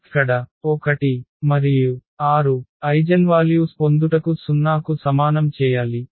ఇక్కడ 1 మరియు 6 ఐగెన్వాల్యూస్ పొందుటకు 0 కు సమానం చేయాలి